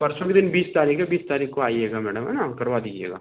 परसों के दिन बीस तारीख है बीस तारीख को आइएगा मैडम है न करवा दीजिएगा